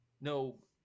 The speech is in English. no